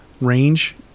range